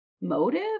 motive